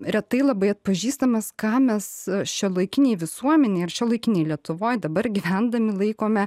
retai labai atpažįstamas ką mes šiuolaikinėj visuomenėj ar šiuolaikinėj lietuvoj dabar gyvendami laikome